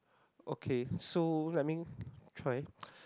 okay so let me try